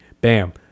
Bam